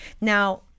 Now